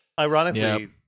Ironically